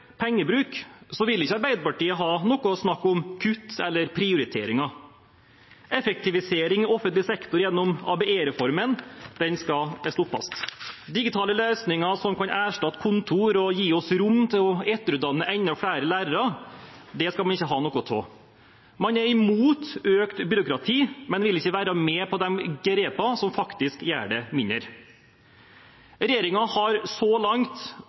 pengebruk, vil ikke Arbeiderpartiet ha noe snakk om kutt eller prioriteringer. Effektivisering av offentlig sektor gjennom ABE-reformen skal stoppes. Digitale løsninger som kan erstatte kontor og gi oss rom til å etterutdanne enda flere lærere, skal vi ikke ha noe av. Man er imot økt byråkrati, men vil ikke være med på de grepene som faktisk gjør det mindre. Regjeringen har så langt